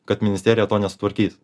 kad ministerija to nesutvarkys